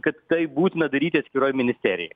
kad tai būtina daryti atskiroj ministerijoj